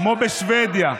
כמו בשבדיה,